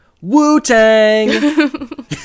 Wu-Tang